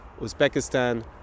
Uzbekistan